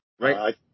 right